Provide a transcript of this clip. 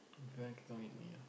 you want you can come with me ah